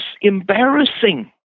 embarrassing